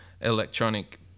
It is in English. electronic